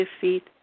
defeat